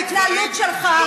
ההתנהלות שלך,